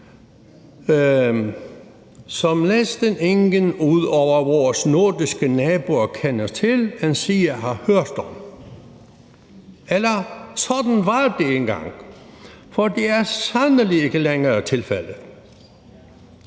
som næsten ingen ud over vore nordiske naboer kender til endsige har hørt om. Eller sådan var det engang, for det er sandelig ikke længere tilfældet.